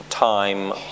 time